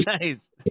Nice